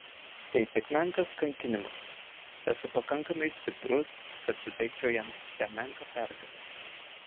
tai tik menkas kankinimas esu pakankamai stiprus kad suteikčiau jam šią menką pergalę